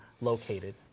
located